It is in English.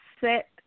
set